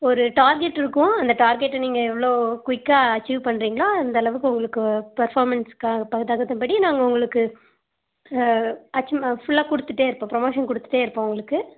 ஒரு டார்கெட் இருக்கும் அந்த டார்கெட்டை நீங்கள் எவ்வளோ குயிக்காக அச்சீவ் பண்ணுறீங்களோ அந்தளவுக்கு உங்களுக்கு பர்ஃபாமென்ஸ்க்கு தகுந்த படி நாங்கள் உங்களுக்கு அச்சீவ் ஃபுல்லாக கொடுத்துட்டே இருப்போம் ப்ரமோஷன் கொடுத்துட்டே இருப்போம் உங்களுக்கு